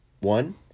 one